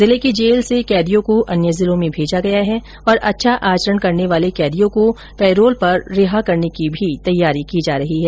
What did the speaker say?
जिले की जेल से कैदियों को अन्य जिलों में भेजा गया है तथा अच्छा आचरण करने वाले कैदियों को पैरोल पर रिहा करने की भी तैयारी की जा रही है